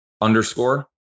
underscore